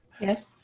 yes